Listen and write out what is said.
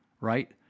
right